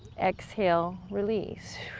exhale, release.